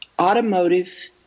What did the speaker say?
automotive